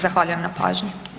Zahvaljujem na pažnji.